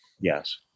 Yes